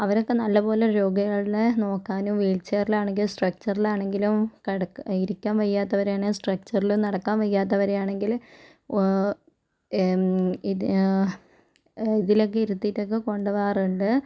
അവരൊക്കെ നല്ലപ്പോലെ രോഗികളെ നോക്കാനും വീൽ ചെയറിലാണെങ്കിലും സ്ട്രെച്ചറിലാണെങ്കിലും കിടക്ക് ഇരിക്കാൻ വയ്യാത്തവരാണെ സ്ട്രെച്ചറിലും നടക്കാൻ വയ്യാത്തവരെ ആണെങ്കില് ഇതി ഇതിലൊക്കെ ഇരുത്തീട്ടൊക്കെ കൊണ്ടുപോകാറുണ്ട്